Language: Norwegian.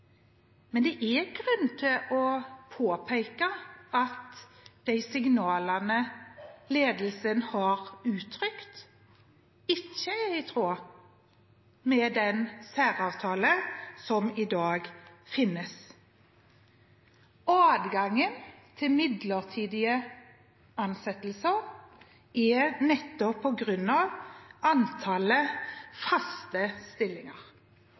Men det er grunn til å påpeke at de signalene ledelsen har uttrykt, ikke er i tråd med den særavtalen som i dag finnes. Adgangen til midlertidige ansettelser er nettopp på grunn av antallet faste stillinger.